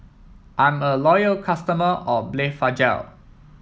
I'm a loyal customer of Blephagel